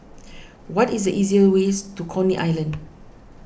what is the easiest way to Coney Island